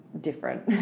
different